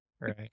Right